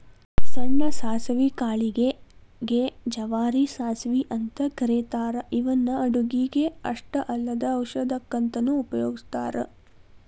ಸಣ್ಣ ಸಾಸವಿ ಕಾಳಿಗೆ ಗೆ ಜವಾರಿ ಸಾಸವಿ ಅಂತ ಕರೇತಾರ ಇವನ್ನ ಅಡುಗಿಗೆ ಅಷ್ಟ ಅಲ್ಲದ ಔಷಧಕ್ಕಂತನು ಉಪಯೋಗಸ್ತಾರ